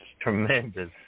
Tremendous